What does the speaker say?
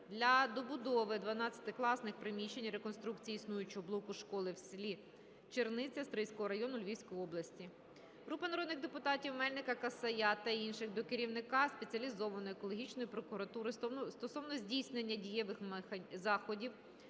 для добудови 12 класних приміщень і реконструкції існуючого блоку школи в селі Черниця Стрийського району Львівської області. групи народних депутатів (Мельника, Касая та інших) до керівника Спеціалізованої екологічної прокуратури стосовно здійснення дієвих заходів